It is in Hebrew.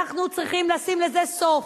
אנחנו צריכים לשים לזה סוף.